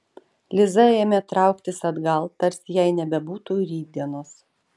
liza ėmė trauktis atgal tarsi jai nebebūtų rytdienos